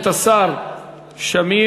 את השר שמיר,